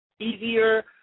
easier